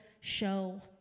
show